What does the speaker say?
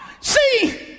See